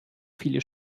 viele